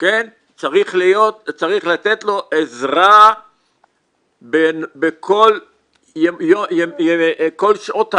צריך לתת לו עזרה בכל שעות היום,